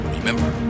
Remember